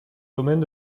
domaine